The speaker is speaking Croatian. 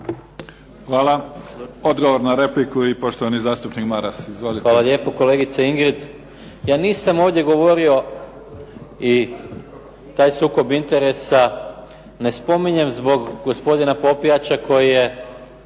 Hvala. Odgovor na repliku, poštovani zastupnik Maras. Izvolite. **Maras, Gordan (SDP)** Hvala lijepo. Kolegice Ingrid, ja nisam ovdje govorio i taj sukob interesa ne spominjem zbog gospodina Popijača koji je